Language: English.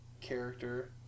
character